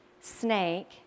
snake